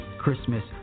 Christmas